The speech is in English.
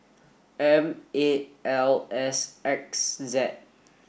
M eight L S X Z